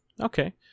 Okay